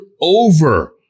over